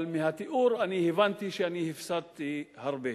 אבל מהתיאור אני הבנתי שהפסדתי הרבה.